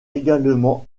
également